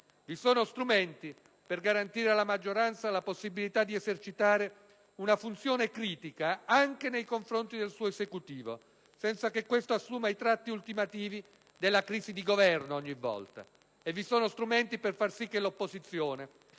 Vi sono strumenti per garantire alla maggioranza la possibilità di esercitare una funzione critica anche nei confronti del suo Esecutivo, senza che questo assuma ogni volta i tratti della crisi di Governo. E vi sono strumenti per far sì che l'opposizione